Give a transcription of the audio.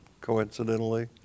coincidentally